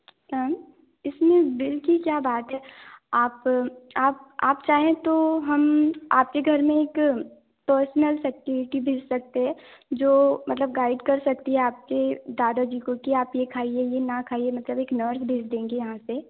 इसमें बिल की क्या बात है आप आप आप चाहें तो हम आपके घर में एक पर्सनल भेज सकते हैं जो मतलब गाईड कर सकती है आपके दादाजी को के आप ये खाइए ये ना खाइए मतलब एक नर्स भेज देंगे यहाँ से